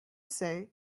say